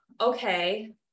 okay